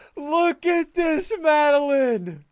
look at this madeleine